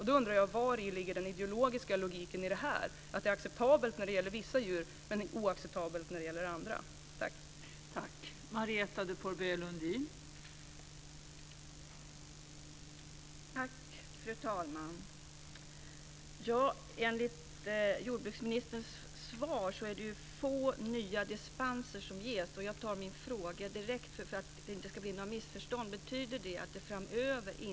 Då undrar jag vari den ideologiska logiken ligger i att det är acceptabelt när det gäller vissa djur men oacceptabelt när det gäller andra djur.